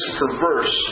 perverse